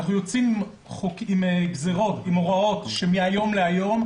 אנחנו יוצאים עם גזירות, עם הוראות מהיום להיום.